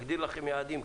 נגדיר לכם יעדים,